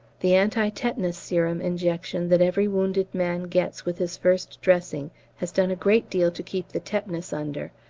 the anti-tetanus serum injection that every wounded man gets with his first dressing has done a great deal to keep the tetanus under,